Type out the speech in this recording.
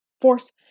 force